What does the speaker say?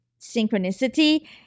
synchronicity